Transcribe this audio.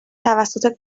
توسط